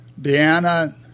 Deanna